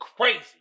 crazy